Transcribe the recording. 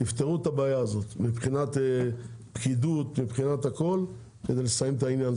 תפתרו את הבעיה מבחינת פקידות כדי לסיים את העניין.